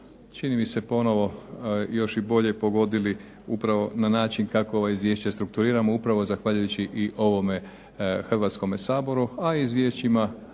čini mi se ponovno još i bolje pogodili upravo na način kako ovo izvješće strukturirano upravo zahvaljujući i Hrvatskome saboru, a i izvješćima